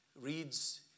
reads